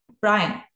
Brian